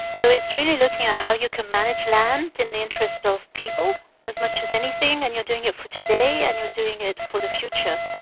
so it's really looking at how you can manage land in the interests of people as much as anything, and you are doing it for today and you are doing it for the future.